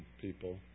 people